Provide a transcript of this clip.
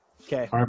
okay